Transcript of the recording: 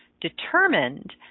determined